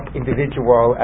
individual